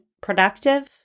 productive